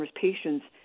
patients